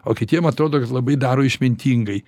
o kitiem atrodo kad labai daro išmintingai